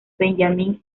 benjamín